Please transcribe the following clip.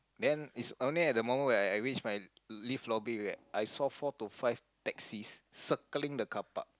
then is only at the moment where I reach my lift lobby where I saw four to five taxis circling the carpark